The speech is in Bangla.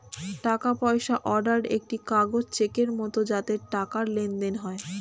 টাকা পয়সা অর্ডার একটি কাগজ চেকের মত যাতে টাকার লেনদেন হয়